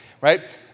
right